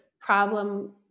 problem